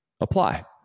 apply